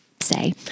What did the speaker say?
say